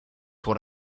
what